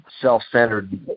self-centered